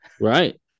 Right